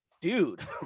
dude